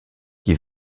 qui